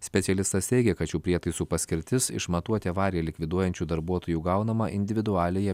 specialistas teigia kad šių prietaisų paskirtis išmatuoti avariją likviduojančių darbuotojų gaunamą individualiąją